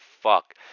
fuck